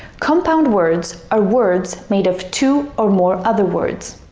compound words are words made of two or more other words.